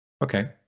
Okay